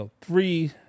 three